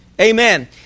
Amen